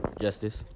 justice